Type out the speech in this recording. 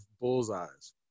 bullseyes